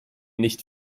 nicht